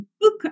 book